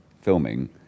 filming